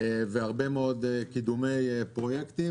והרבה קידומי פרויקטים.